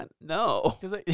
No